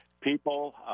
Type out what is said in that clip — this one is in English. People